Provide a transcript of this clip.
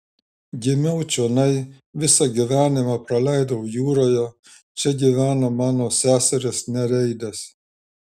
gimiau čionai visą gyvenimą praleidau jūroje čia gyvena mano seserys nereidės